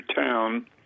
town